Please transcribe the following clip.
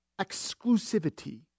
exclusivity